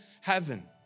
heaven